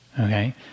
Okay